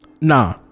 nah